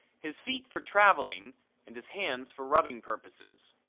his feet for traveling and his hands for rubbing purposes.